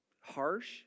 harsh